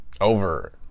over